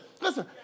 listen